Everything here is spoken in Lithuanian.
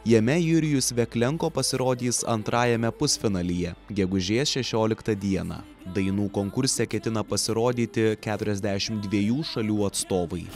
jame jurijus veklenko pasirodys antrajame pusfinalyje gegužės šešioliktą dieną dainų konkurse ketina pasirodyti keturiasdešimt dviejų šalių atstovai